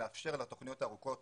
לאפשר לתוכניות הארוכות